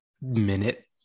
minute